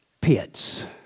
pits